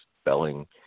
spelling